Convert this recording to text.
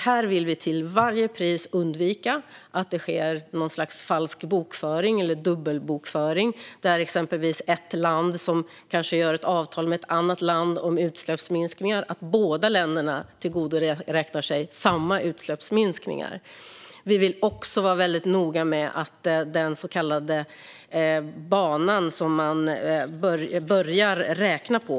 Här vill vi till varje pris undvika att det sker något slags falsk eller dubbel bokföring, så att exempelvis ett land kan avtala med ett annat land om utsläppsminskningar och båda länderna sedan tillgodoräknar sig samma utsläppsminskningar. Vi vill också vara noga med den så kallade banan, som man börjar räkna på.